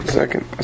second